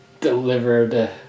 delivered